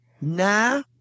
nah